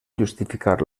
justificar